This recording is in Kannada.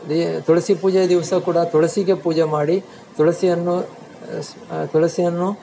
ದೆ ತುಳಸಿ ಪೂಜೆ ದಿವಸ ಕೂಡ ತುಳಸಿಗೆ ಪೂಜೆ ಮಾಡಿ ತುಳಸಿಯನ್ನು ತುಳಸಿಯನ್ನು